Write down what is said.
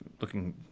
looking